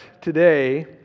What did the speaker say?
today